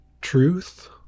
truth